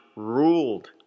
ruled